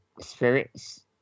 spirits